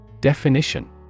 Definition